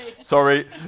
sorry